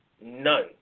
None